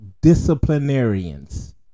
disciplinarians